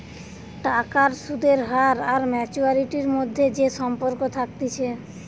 টাকার সুদের হার আর ম্যাচুয়ারিটির মধ্যে যে সম্পর্ক থাকতিছে